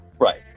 Right